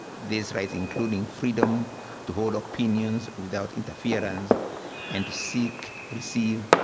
these rights including freedom to hold opinions without interference and to seek, receive,